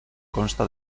consta